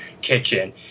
kitchen